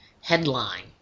headline